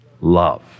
love